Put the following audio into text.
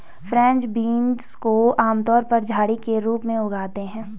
French beans को आमतौर पर झड़ी के रूप में उगाते है